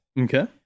Okay